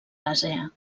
àsia